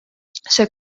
see